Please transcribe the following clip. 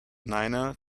niner